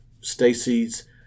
Stacey's